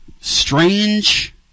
strange